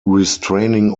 restraining